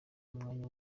umwanya